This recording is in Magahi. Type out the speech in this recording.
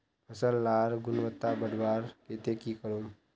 फसल लार गुणवत्ता बढ़वार केते की करूम?